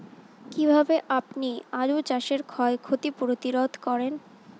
কীভাবে আপনি আলু চাষের ক্ষয় ক্ষতি প্রতিরোধ করেন?